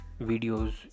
videos